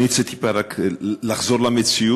אני רוצה טיפה רק לחזור למציאות,